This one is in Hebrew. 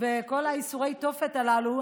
וכל ייסורי התופת הללו,